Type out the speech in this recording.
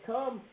Come